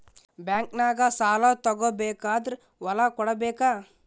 ಬ್ಯಾಂಕ್ನಾಗ ಸಾಲ ತಗೋ ಬೇಕಾದ್ರ್ ಹೊಲ ಕೊಡಬೇಕಾ?